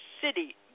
city